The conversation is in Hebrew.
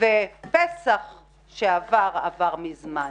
פסח שעבר, עבר מזמן.